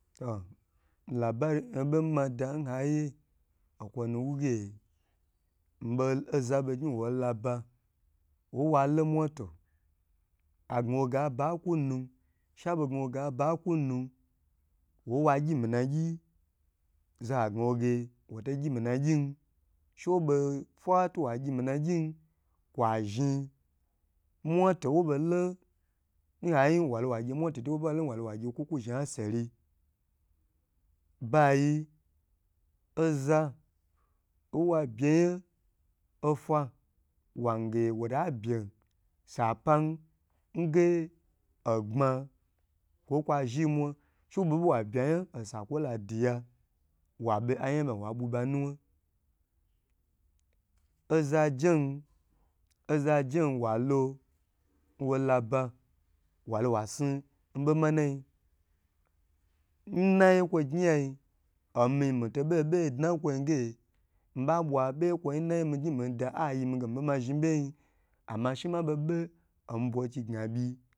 To mi laba obon nmada nhaye okwo nu wuge mbo oza bogyi wolaba owo lo moto agna w ge aba kunu she bo gna wo ge aba kunu woye wa gyi mina gyi zoho gna wo ge wo to gyi minagyin shewo bo fa towa gyi minagyn kwa zhn muto wo bo lo hai wo lo wa gye mwto wobe waloi wagye kwo ku zhni asiri bayi oza owa beyan ofa wange wofa bye sapan nge ogbma kwo kwa zhi mwa sai wo bo be wa bye yan osa kwo ladiya wo be ayayi banu wa bu ba nuwa oza jen oza jen walo wola ba walo wa snu bo manai nnayi kwo gyi ya omi mito bo dna nkwo ge nbabwa beyi nmi gyi mida ayi mi ge mibe ma zhi beiyi ama she ma bebe